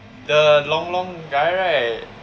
the long long guy right